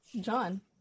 John